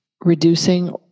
reducing